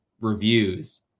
reviews